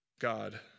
God